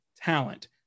talent